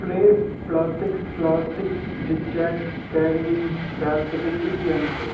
Flair plastics plastic zigzag carrying பேஸ்கட்டை திருப்பி அனுப்பு